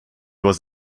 was